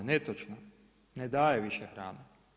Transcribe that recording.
Netočno, ne daje više hrane.